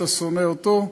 אתה שונא אותו,